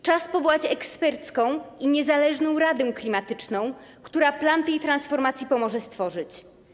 Czas powołać ekspercką i niezależną radę klimatyczną, która plan tej transformacji pomoże stworzyć.